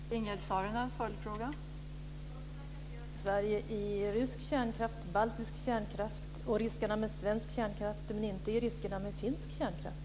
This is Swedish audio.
Fru talman! Varför engagerar sig Sverige i rysk kärnkraft, baltisk kärnkraft och riskerna med svensk kärnkraft men inte i riskerna med finsk kärnkraft?